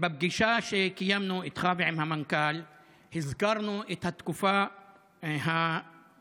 בפגישה שקיימנו איתך ועם המנכ"ל הזכרנו את התקופה הארוכה,